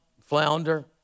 flounder